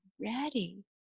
ready